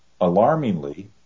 alarmingly